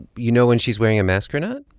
you know when she's wearing a mask or not?